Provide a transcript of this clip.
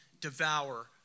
devour